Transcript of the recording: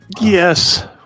Yes